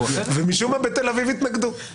ומשום מה בתל אביב התנגדו.